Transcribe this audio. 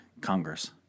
Congress